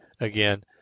again